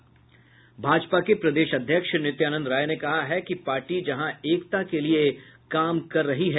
भाजपा के प्रदेश अध्यक्ष नित्यानंद राय ने कहा है कि पार्टी जहां एकता के लिए जहां काम करती है